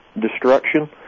destruction